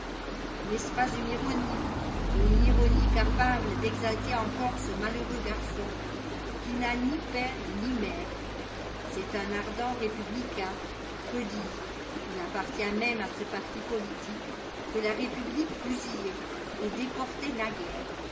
n'est-ce pas une ironie et une ironie capable d'exalter encore ce malheureux garçon qui n'a ni père ni mère c'est un ardent républicain que dis-je il appartient même à ce parti pohtique que la répubhque fusillait et déportait naguère